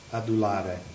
adulare